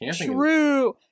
True